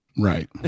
Right